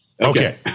Okay